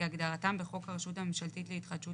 כהגדרתם בחוק הרשות הממשלתית להתחדשות